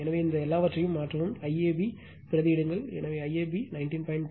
எனவே இந்த எல்லாவற்றையும் மாற்றவும் IAB பதிலீடு எனவே IAB 19